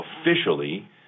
officially